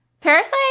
Parasite